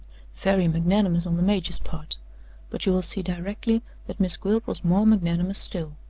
very magnanimous on the major's part but you will see directly that miss gwilt was more magnanimous still.